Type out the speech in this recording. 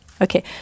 Okay